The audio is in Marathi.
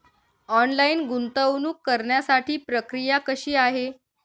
ऑनलाईन गुंतवणूक करण्यासाठी प्रक्रिया कशी आहे?